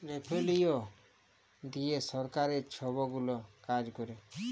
revenue দিঁয়ে সরকার ছব গুলা কাজ ক্যরে